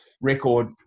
record